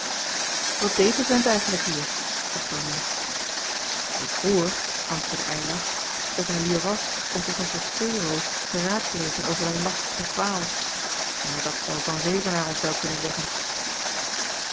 wat deed de vent eigentlijk hier vroeg donia ik hoor antwoordde eylar dat hij hier was om professor theeroos te raadplegen over een lastige kwaal maar dat zal van zevenaer ons wel kunnen zeggen